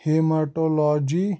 hematology